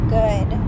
good